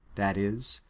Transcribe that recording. that is,